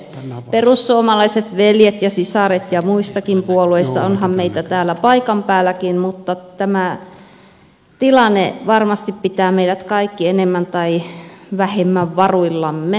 perussuomalaiset veljet ja sisaret ja onhan meitä muistakin puolueista täällä paikan päälläkin tämä tilanne varmasti pitää meidät kaikki enemmän tai vähemmän varuillamme